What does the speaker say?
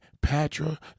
patra